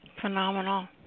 Phenomenal